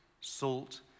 salt